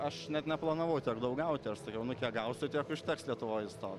aš net neplanavau tiek daug gauti aš sakiau nu kiek gausiu tiek užteks lietuvoj įstot